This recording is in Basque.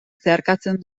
zeharkatzen